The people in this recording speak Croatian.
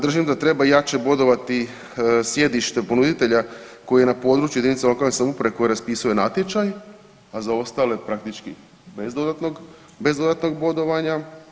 Držim da treba jače bodovati sjedište ponuditelja koji je na području jedinica lokalne samouprave koja raspisuje natječaj, a za ostale praktički bez dodatnog bodovanja.